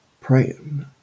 praying